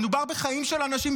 מדובר בחיים של אנשים,